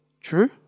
True